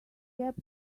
kept